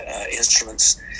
instruments